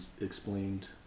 explained